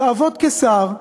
תעבוד כשר,